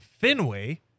Fenway